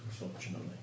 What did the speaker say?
unfortunately